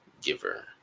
giver